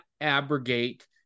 abrogate